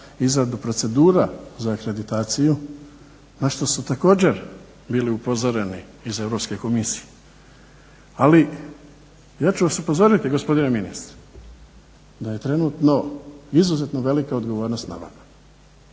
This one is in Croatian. izradu procedura za akreditaciju na što su također bili upozoreni iz Europske komisije. Ali ja ću vas upozoriti gospodine ministre da je trenutno izuzetno velika odgovornost na vama.